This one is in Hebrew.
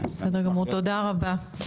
תודה רבה,